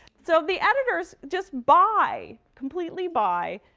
so, the editors just buy completely buy